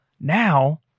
now